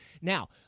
Now